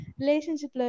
relationship